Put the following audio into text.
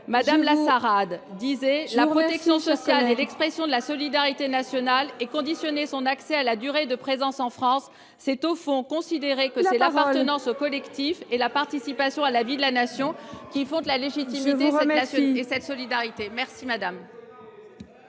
Mme Lassarade, qui disait :« La protection sociale est l’expression de la solidarité nationale : conditionner son accès à une durée de présence en France, c’est au fond considérer que c’est l’appartenance au collectif et la participation à la vie de la Nation qui fondent la légitimité de cette solidarité. » Je vous